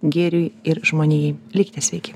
gėriui ir žmonijai likite sveiki